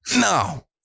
no